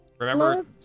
remember